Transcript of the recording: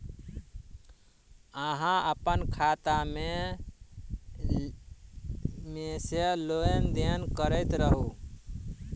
अहाँ अप्पन खाता मे सँ लेन देन करैत रहू?